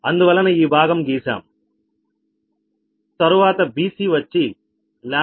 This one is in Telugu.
అందువలన ఈ భాగం గిసామ్ తరువాత BC వచ్చి λ 0